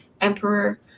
emperor